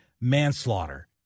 Manslaughter